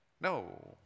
No